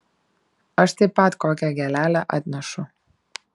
aš taip pat kokią gėlelę atnešu